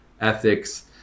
ethics